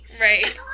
right